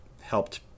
helped